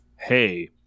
hey